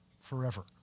forever